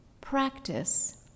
practice